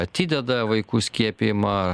atideda vaikų skiepijimą